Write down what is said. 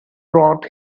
brought